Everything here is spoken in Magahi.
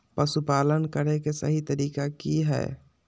पशुपालन करें के सही तरीका की हय?